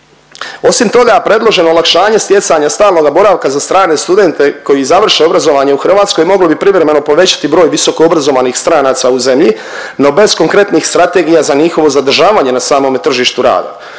Osim toga predloženo olakšanje stjecanja stalnoga boravka za strane studente koji završe obrazovanje u Hrvatskoj moglo bi privremeno povećati broj visokoobrazovnih stranaca u zemlji, no bez konkretnih strategija za njihovo zadržavanje na samome tržištu rada.